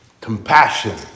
Compassion